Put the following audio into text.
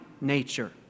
nature